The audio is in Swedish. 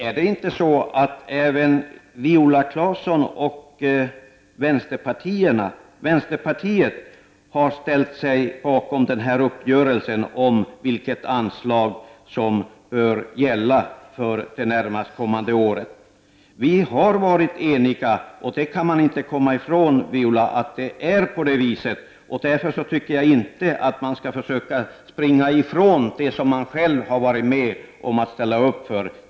Är det inte så att även Viola Claesson och vänsterpartiet har ställt sig bakom den här uppgörelsen om vilket anslag som bör gälla för det närmaste året? Vi har varit eniga om detta, Viola Claesson, och det kan man inte komma ifrån. Därför tycker jag inte att man skall försöka springa ifrån det man själv har ställt sig bakom.